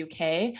UK